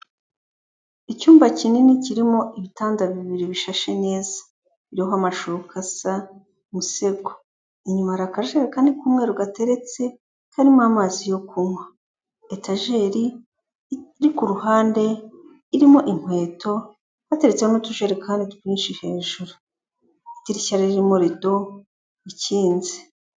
Icyumba kinini kirimo ibitanda bibiri bishashe neza, biriho amashuka asa umusego, inyuma hari akajerekani k'umweru gateretse, karimo amazi yo kunywa. Etajeri iri ku ruhande, irimo inkweto, hateretseho n'utujerekani twinshi hejuru. Idirishya ririmo rido ikinze.